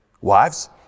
Wives